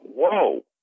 whoa